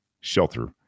shelter